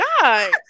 God